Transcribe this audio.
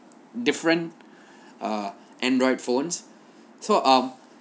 different ah android phones so um